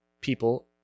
people